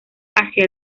hacia